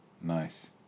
Nice